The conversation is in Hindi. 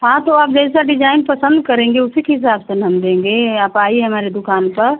हाँ तो आप जैसा डिजाइन पसंद करेंगे उसी के हिसाब से ना हम देंगे आप आइए हमारी दुकान पर